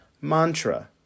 mantra